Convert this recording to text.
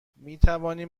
میتوانیم